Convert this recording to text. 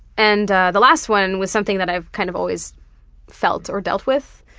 and the last one was something that i've kind of always felt or dealt with.